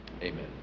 Amen